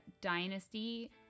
Dynasty